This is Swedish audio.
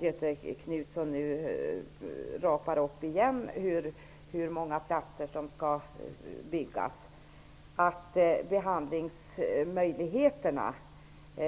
Göthe Knutson upprepar återigen hur många platser till som det blir.